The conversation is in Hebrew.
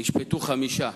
נשפטו חמישה.